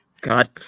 God